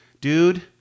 Dude